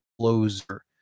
closer